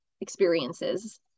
experiences